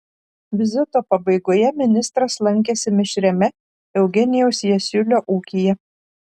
vizito pabaigoje ministras lankėsi mišriame eugenijaus jasiulio ūkyje